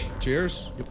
Cheers